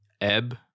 Ebb